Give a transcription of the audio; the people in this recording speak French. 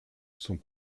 sont